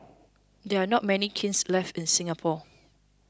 there are not many kilns left in Singapore